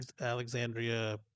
alexandria